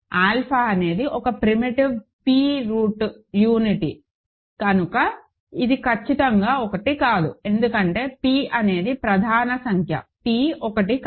alpha అనేది ఒక primitive p th root unity కనుక ఇది ఖచ్చితంగా 1 కాదు ఎందుకంటే p అనేది ప్రధాన సంఖ్య p 1 కాదు